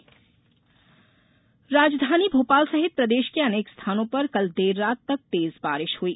मौसम राजधानी भोपाल सहित प्रदेश के अनेक स्थानों पर कल देर रात तक तेज बारिश हुई